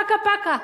פקה-פקה.